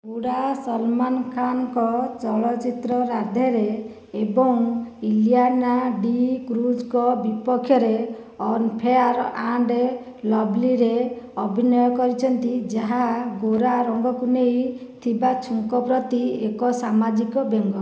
ହୁଡା ସଲମାନ ଖାନଙ୍କ ଚଳଚ୍ଚିତ୍ର 'ରାଧେ'ରେ ଏବଂ ଇଲିଆନା ଡି'କ୍ରୁଜଙ୍କ ବିପକ୍ଷରେ 'ଅନଫେୟାର ଆଣ୍ଡ ଲଭ୍ଲି' ରେ ଅଭିନୟ କରିଛନ୍ତି ଯାହା ଗୋରା ରଙ୍ଗକୁ ନେଇ ଥିବା ଝୁଙ୍କ ପ୍ରତି ଏକ ସାମାଜିକ ବ୍ୟଙ୍ଗ